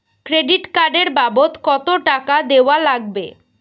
Credit card এর বাবদ কতো টাকা দেওয়া লাগবে?